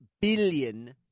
billion